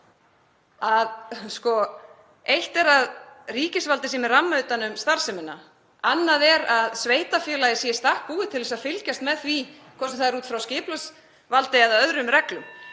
að eitt er að ríkisvaldið sé með ramma utan um starfsemina. Annað er að sveitarfélagið sé í stakk búið til að fylgjast með því, hvort sem það er út frá skipulagsvaldi eða öðrum reglum.